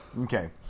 Okay